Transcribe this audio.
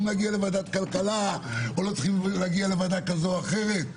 להגיע לוועדת כלכלה או לוועדה כזו או אחרת,